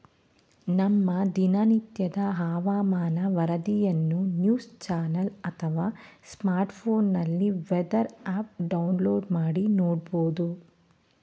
ನಮ್ಮ ದಿನನಿತ್ಯದ ಹವಾಮಾನ ವರದಿಯನ್ನು ನ್ಯೂಸ್ ಚಾನೆಲ್ ಅಥವಾ ಸ್ಮಾರ್ಟ್ಫೋನ್ನಲ್ಲಿ ವೆದರ್ ಆಪ್ ಡೌನ್ಲೋಡ್ ಮಾಡಿ ನೋಡ್ಬೋದು